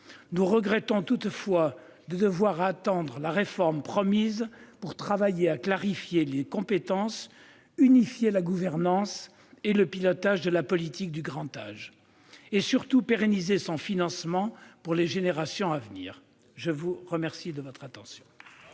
nous regrettons de devoir attendre la réforme promise pour travailler à clarifier les compétences, à unifier la gouvernance et le pilotage de la politique du grand âge et, surtout, à pérenniser son financement pour les générations à venir. La parole est à M. le rapporteur.